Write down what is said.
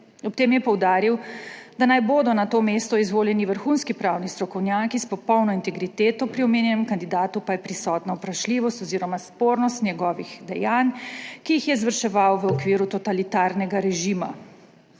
Ob tem je poudaril, da naj bodo na to mesto izvoljeni vrhunski pravni strokovnjaki s popolno integriteto, pri omenjenem kandidatu pa je prisotna vprašljivost oziroma spornost njegovih dejanj, ki jih je izvrševal v okviru totalitarnega režima.